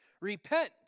Repent